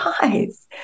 guys